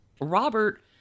Robert